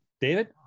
David